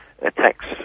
attacks